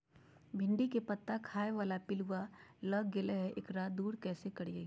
भिंडी के पत्ता खाए बाला पिलुवा लग गेलै हैं, एकरा दूर कैसे करियय?